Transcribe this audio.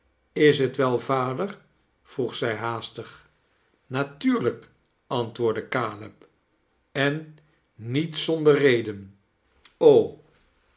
is t wel vader vroeg zij haastig natuurlijk antwoordde caleb en niet zonder reden